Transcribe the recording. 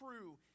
true